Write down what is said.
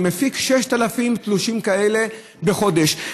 שמפיק 6,000 תלושים כאלה בחודש,